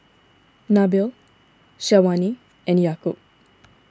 Nabil Syazwani and Yaakob